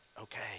okay